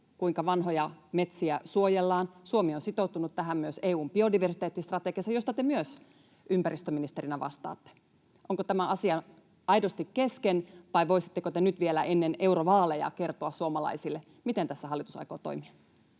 kuinka vanhoja metsiä suojellaan. Suomi on sitoutunut tähän myös EU:n biodiversiteettistrategiassa, josta te myös ympäristöministerinä vastaatte. Onko tämä asia aidosti kesken, vai voisitteko te nyt vielä ennen eurovaaleja kertoa suomalaisille, miten tässä hallitus aikoo toimia?